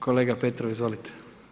Kolega Petrov, izvolite.